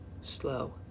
slow